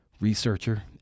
researcher